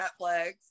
Netflix